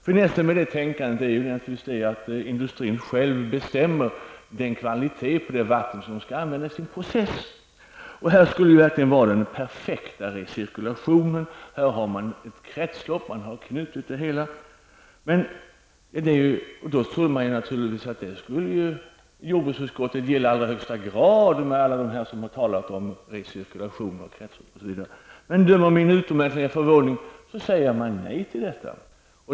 Finessen med det tänkandet är att industrin själv bestämmer kvaliteten på det vatten som skall användas i processen. Det här skulle verkligen vara den perfekta recirkulationen. Här har man ett kretslopp, man har knutit ihop det hela. Det trodde man naturligtvis att jordbruksutskottet skulle gilla i allra högsta grad, med tanke på alla de som har talat om recirkulation, kretslopp osv. Döm om min utomordentliga förvåning, man säger nej till detta.